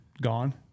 gone